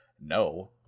no